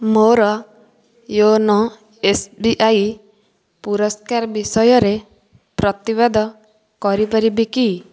ମୋର YONO S B I ପୁରସ୍କାର ବିଷୟରେ ପ୍ରତିବାଦ କରିପାରିବି କି